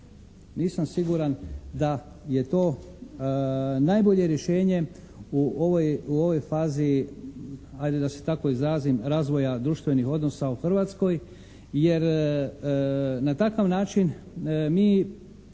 Nisam siguran da je to najbolje rješenje u ovoj fazi ajde da se tako izrazim, razvoja društvenih odnosa u Hrvatskoj, jer na takav način mi